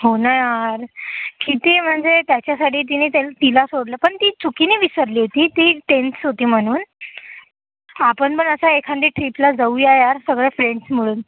होणा यार किती म्हंझे त्याच्यासाठी तिने तेल तिला सोडलं पण ती चुकीने विसरली होती ती टेन्स होती म्हणून आपण पण अश्या एखांदी ट्रीपला जाऊया यार सर्वे फ्रेंड्स मिळून